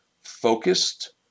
focused